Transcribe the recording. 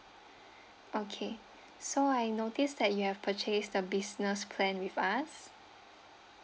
okay so I notice that you have purchase the business plan with us